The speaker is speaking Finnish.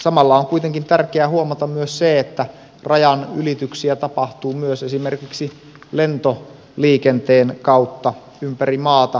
samalla on kuitenkin tärkeää huomata myös se että rajanylityksiä tapahtuu myös esimerkiksi lentoliikenteen kautta ympäri maata